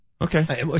Okay